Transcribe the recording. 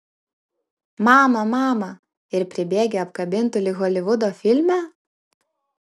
mama mama ir pribėgę apkabintų lyg holivudo filme